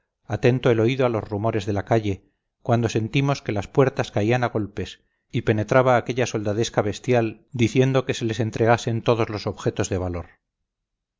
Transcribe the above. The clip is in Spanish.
atento el oído a los rumores de la calle cuando sentimos que las puertas caían a golpes y penetraba aquella soldadesca bestial diciendo que se les entregasen todos los objetos de valor